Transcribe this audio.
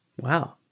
Wow